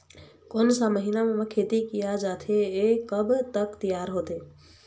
कोन सा महीना मा खेती किया जाथे ये कब तक तियार होथे?